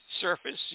surface